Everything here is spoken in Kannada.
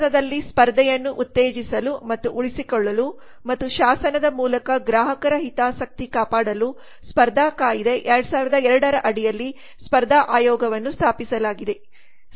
ಭಾರತದಲ್ಲಿ ಸ್ಪರ್ಧೆಯನ್ನು ಉತ್ತೇಜಿಸಲು ಮತ್ತು ಉಳಿಸಿಕೊಳ್ಳಲು ಮತ್ತು ಶಾಸನದ ಮೂಲಕ ಗ್ರಾಹಕರ ಹಿತಾಸಕ್ತಿ ಕಾಪಾಡಲು ಸ್ಪರ್ಧಾ ಕಾಯ್ದೆ 2002 ರ ಅಡಿಯಲ್ಲಿ ಸ್ಪರ್ಧಾ ಆಯೋಗವನ್ನು ಸ್ಥಾಪಿಸಲಾಗಿದೆ